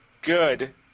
Good